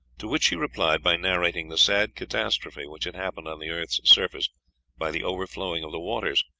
to which he replied by narrating the sad catastrophe which had happened on the earth's surface by the overflowing of the waters,